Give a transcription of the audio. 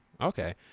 Okay